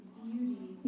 beauty